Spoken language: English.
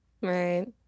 Right